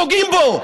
פוגעים בו.